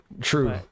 true